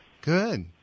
Good